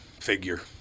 figure